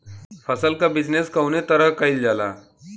फसल क बिजनेस कउने तरह कईल जाला?